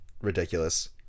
ridiculous